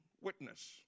witness